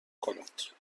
کند